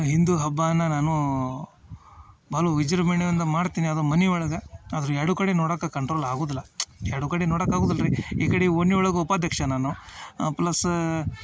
ಹಿಂದು ಹಬ್ಬನ ನಾನು ಬಲು ವಿಜೃಂಭಣೆಯಿಂದ ಮಾಡ್ತೀನಿ ಅದು ಮನಿ ಒಳಗೆ ಆದರು ಎರಡು ಕಡೆ ನೋಡಕ್ಕೆ ಕಂಟ್ರೋಲ್ ಆಗುದಿಲ್ಲ ಎರಡು ಕಡೆ ನೋಡಕ್ಕೆ ಅಗುದಿಲ್ಲ ರೀ ಈ ಕಡಿ ಓಣಿ ಒಳಗೆ ಉಪಾದ್ಯಾಕ್ಷ ನಾನು ಪ್ಲಸ್